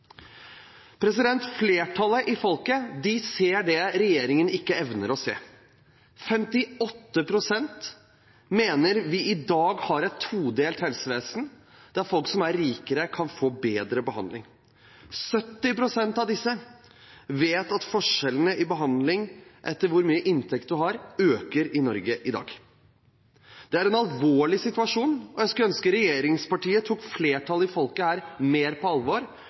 Flertallet i folket ser det regjeringen ikke evner å se. 58 pst. mener vi i dag har et todelt helsevesen, der folk som er rikere, kan få bedre behandling. 70 pst. av disse vet at forskjellene i behandlingen etter hvor mye inntekt man har, øker i Norge i dag. Det er en alvorlig situasjon, og jeg skulle ønske regjeringspartiene her tok flertallet i folket mer på alvor